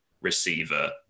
receiver